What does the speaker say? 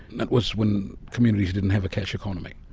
that was when communities didn't have a cash economy.